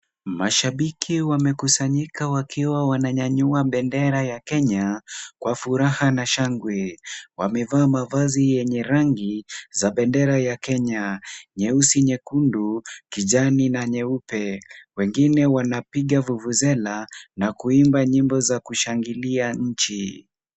Mashabiki wamekusanyika wakiwa wananyanyua bendera ya Kenya kwa furaha na shangwe. Wamevaa mavazi yenye rangi za bendera ya Kenya, nyeusi, nyekundu, kijani na nyeupe. Wengine wanapiga vuvuzela na kuimba nyimbo za kushangilia nchi.